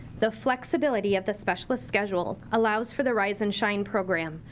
the flexibility of the specialist schedule allows for the rise and shine program.